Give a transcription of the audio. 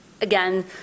Again